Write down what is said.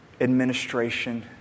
administration